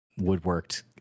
woodworked